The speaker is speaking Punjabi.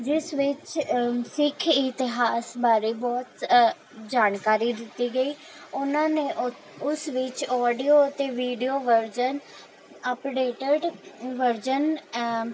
ਜਿਸ ਵਿੱਚ ਸਿੱਖ ਇਤਿਹਾਸ ਬਾਰੇ ਬਹੁਤ ਜਾਣਕਾਰੀ ਦਿੱਤੀ ਗਈ ਉਨ੍ਹਾਂ ਨੇ ਉਸ ਵਿੱਚ ਆਡੀਉ ਅਤੇ ਵੀਡੀਉ ਵਰਜ਼ਨ ਅਪਡੇਟਿਡ ਵਰਜ਼ਨ